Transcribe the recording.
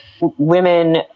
women